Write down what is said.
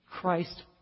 Christ